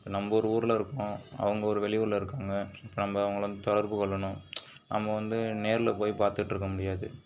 இப்போ நம்ம ஒரு ஊரில் இருக்கோம் அவங்க ஒரு வெளியூரில் இருக்காங்க இப்போ நம்ம அவங்கள வந்து தொடர்பு கொள்ளணும் நம்ம வந்து நேரில் போய் பார்த்துட்ருக்க முடியாது